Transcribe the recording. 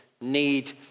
need